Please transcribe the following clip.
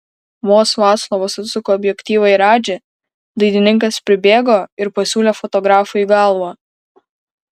vos vaclovas atsuko objektyvą į radžį dainininkas pribėgo ir pasiūlė fotografui į galvą